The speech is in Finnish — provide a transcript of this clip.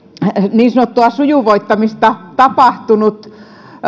niin sanottua sujuvoittamista tapahtunut